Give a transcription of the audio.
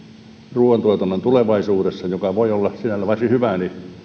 ruuantuotannon tulevaisuudessa joka voi olla sinällään varsin hyvä